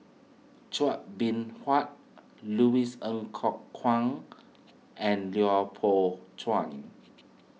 Chua Beng Huat Louis Ng Kok Kwang and Lui Pao Chuen